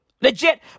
Legit